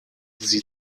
sie